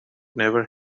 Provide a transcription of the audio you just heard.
never